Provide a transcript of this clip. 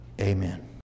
amen